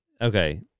okay